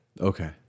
Okay